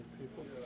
people